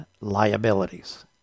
liabilities